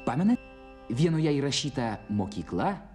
pamenat vienoje įrašyta mokykla